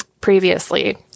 previously